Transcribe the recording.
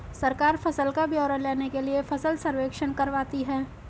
सरकार फसल का ब्यौरा लेने के लिए फसल सर्वेक्षण करवाती है